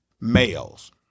males